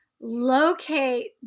locate